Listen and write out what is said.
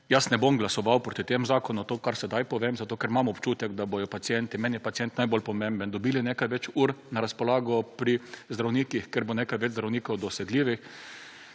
jaz ne bom glasoval proti tem zakonu, to kar sedaj povem, zato, ker imam občutek, da bodo pacienti, meni je pacient najbolj pomemben, dobili nekaj več ur na razpolago pri zdravnikih, ker bo nekaj več zdravnikov dosegljivih.